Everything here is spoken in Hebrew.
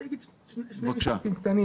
אני אומר שני משפטים קצרים,